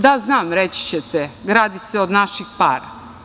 Da, znam, reći ćete – gradi se od naših para.